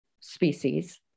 species